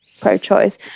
pro-choice